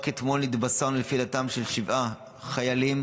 רק אתמול התבשרנו על נפילתם של שבעה חיילים